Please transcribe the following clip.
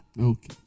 Okay